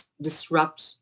disrupt